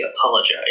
apologize